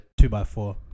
two-by-four